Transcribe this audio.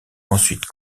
ensuite